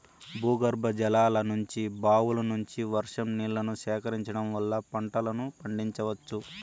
భూగర్భజలాల నుంచి, బావుల నుంచి, వర్షం నీళ్ళను సేకరించడం వల్ల పంటలను పండించవచ్చు